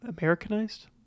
Americanized